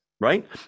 Right